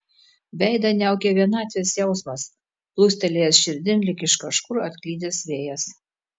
veidą niaukė vienatvės jausmas plūstelėjęs širdin lyg iš kažkur atklydęs vėjas